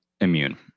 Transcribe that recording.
immune